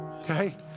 okay